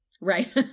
Right